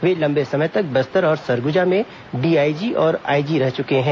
वे लंबे समय तक बस्तर और सरगुजा में डीआईजी और आईजी रह चुके हैं